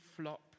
flop